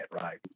right